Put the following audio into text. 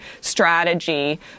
strategy